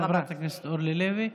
תודה, חברת הכנסת אורלי לוי.